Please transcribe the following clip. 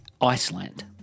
Iceland